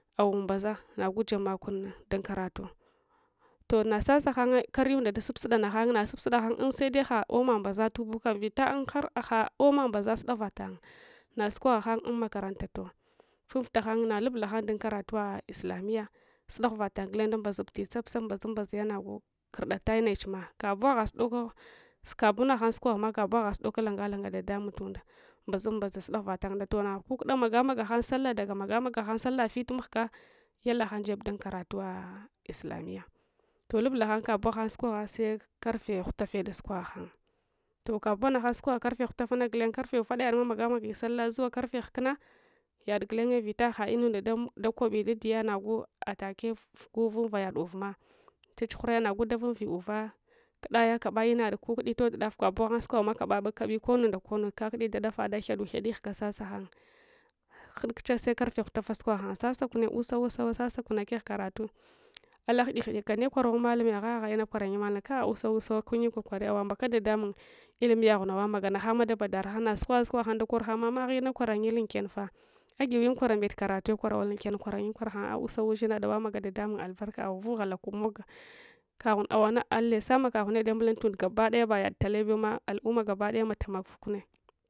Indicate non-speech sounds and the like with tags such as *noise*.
Awumbaza nagu jeb makun dunkaratu toh nassahanye karyunda dasup suda hanye naghan nasupsuda hang unsede ha’oma mbazalu bukam vita har agha oma mbaza sudaghuva tangnasukogha hang unmakaranta toh’ funfurta hanye lubla hang dunkaral uwa lslamiya sudaghuvs tang guleng da mbazupti tsap tsap mbazup mba zaya kurda laye nechma kabowa guasudoko kabo naghan sukoghma kabow ghasudoka lunga langa ɗaɗamung tunda mbzunbza suda ghuva lang na toh nakukuda magma aga hang sallah daga magamcgahan sallah fit mahga yallah hang jeb dunkaraluwah lslamiya toh luslc hang kabonaghan sukogha sekarfe ghulafe dasukogha ghang toh kabowa naghag sukogh karfe ghuafona guleng lasrfe ufadana yadma guleng magamagi sallah karfe hulunna yad gulenye vit a had inunda dakobi daduya naguatake gu funva yad uvma chachughurays vunvi uva kudaya kabaya inad kukudi dot daf kasowa ghan sukoguma kaba kabi konnu nda konnu kakudi dadafade ghadughedi ghuga sasanang ghid kucha sekarfe hulafa sukogha hang sasakunne uswa usawa sasakunne kegh karat *noise* uala ghuriks ghu’ika nuwi korawun mallume aha’ aha ins kwarayi mallum kai usawa usawa kunyi kokari awambaka ɗaɗamung ilimiya ghung maganahangma dabadar ghangnasukogha sukogha hang dakor hang mama agha ina kwarayil unkenfah agiawin kwara mbet karatuwe kwarawun le unken kwarayen kwarshang ah'us aws ushinsd awamaga dadamung albarka awaghuvala mogga kaghung dughwanga allaisa makaghunne damu tuntund gabadaya bayad takbewume al'umma gabadaya mate makufkune